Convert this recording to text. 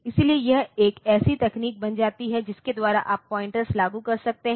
इसलिए यह एक ऐसी तकनीक बन जाती है जिसके द्वारा आप पॉइंटर्स लागू कर सकते हैं